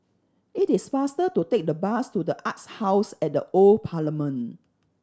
it is faster to take the bus to The Arts House at the Old Parliament